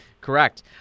Correct